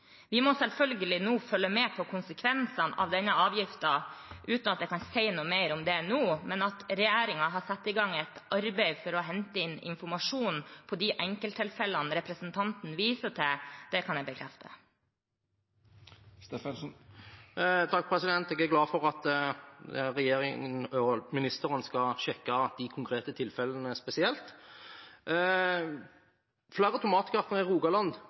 Vi må selvfølgelig nå følge med på konsekvensene av denne avgiften, uten at jeg kan si noe mer om det nå. Men at regjeringen har satt i gang et arbeid for å hente inn informasjon om de enkelttilfellene som representanten viser til, det kan jeg bekrefte. Jeg er glad for at regjeringen og ministeren skal sjekke de konkrete tilfellene spesielt. Flere tomatgartnere i Rogaland